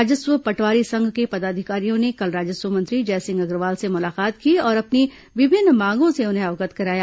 राजस्व पटवारी संघ के पदाधिकारियों ने कल राजस्व मंत्री जयसिंह अग्रवाल से मुलाकात की और अपनी विभिन्न मांगों से उन्हें अवगत कराया